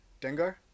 Dengar